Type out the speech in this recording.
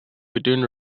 between